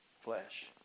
flesh